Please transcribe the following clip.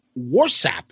Warsap